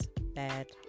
bad